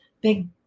big